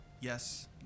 Yes